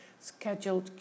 Scheduled